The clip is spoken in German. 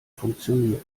funktioniert